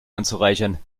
anzureichern